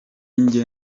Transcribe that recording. njye